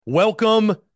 Welcome